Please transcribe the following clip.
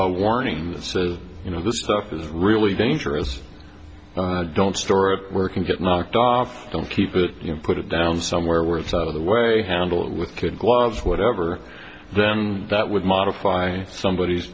a warning that says you know this stuff is really dangerous don't store of work and get knocked off don't keep it you know put it down somewhere where thought of the way handled with kid gloves whatever then that would modify somebod